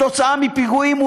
כתוצאה מפיגועים,